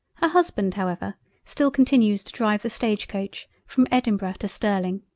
her husband however still continues to drive the stage-coach from edinburgh to sterling